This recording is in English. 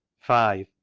five.